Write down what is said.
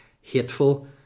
hateful